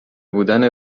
بودن